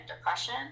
depression